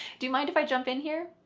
do you mind if i jump in here?